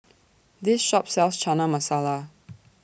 This Shop sells Chana Masala